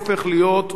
או יהפוך להיות,